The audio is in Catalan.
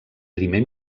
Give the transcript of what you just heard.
primer